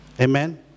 Amen